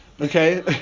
Okay